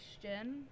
question